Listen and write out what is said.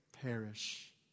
perish